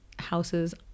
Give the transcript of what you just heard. houses